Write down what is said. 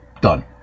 Done